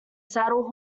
saddle